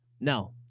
No